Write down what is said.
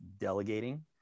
delegating